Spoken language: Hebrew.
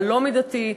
הלא-מידתי,